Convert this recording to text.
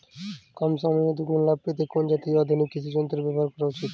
কম সময়ে দুগুন লাভ পেতে কোন জাতীয় আধুনিক কৃষি যন্ত্র ব্যবহার করা উচিৎ?